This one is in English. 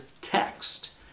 Text